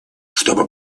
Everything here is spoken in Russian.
чтобы